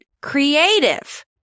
creative